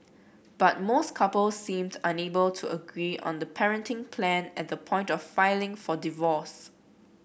but most couples seemed unable to agree on the parenting plan at the point of filing for divorce